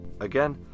Again